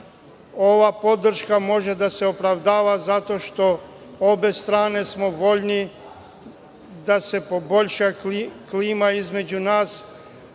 Ova podrška može da se opravdava, zato što sa obe strane smo voljni da se poboljša klima između nas,